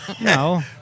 No